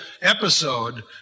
episode